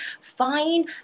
find